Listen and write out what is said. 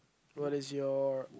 what is your